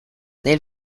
nel